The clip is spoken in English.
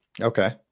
Okay